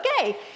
Okay